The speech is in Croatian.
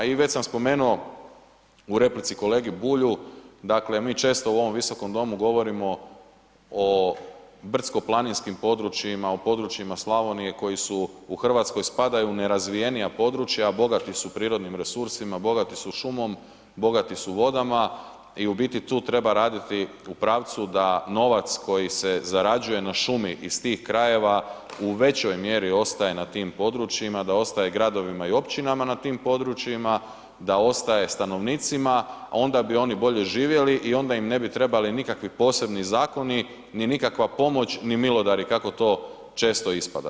I već sam spomenuo u replici kolegi Bulju, dakle mi često u ovom Visokom domu govorimo o brdsko-planinskim područjima, o područjima Slavonije koji u Hrvatskoj spadaju pod nerazvijenija područja, a bogati su prirodnim resursima, bogati su šumom, bogati su vodama i u biti tu treba raditi u pravcu da novac koji se zarađuje na šumi iz tih krajeva u većoj mjeri ostaje na tim područjima, da ostaje gradovima i općinama na tim područjima, da ostane stanovnicima, a onda bi oni bolje živjeli i onda im ne bi trebali nikakvi posebni zakoni, ni nikakva pomoć, ni milodari kako to često ispada.